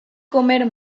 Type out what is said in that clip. comer